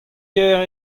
kaer